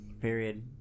Period